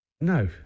No